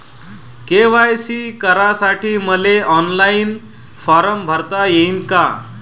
KYC करासाठी मले online form भरता येईन का?